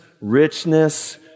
richness